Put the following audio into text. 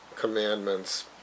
commandments